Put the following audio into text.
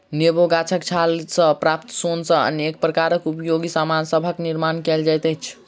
नेबो गाछक छाल सॅ प्राप्त सोन सॅ अनेक प्रकारक उपयोगी सामान सभक निर्मान कयल जाइत छै